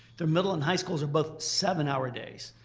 their middle and high schools are both seven hour days.